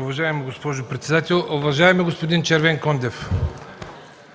Уважаема госпожо председател! Уважаеми господин Червенкондев,